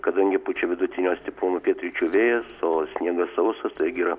kadangi pučia vidutinio stiprumo pietryčių vėjas o sniegas sausas taigi ir